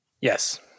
Yes